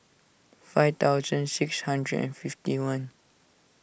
five thousand six hundred and fifty one